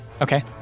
Okay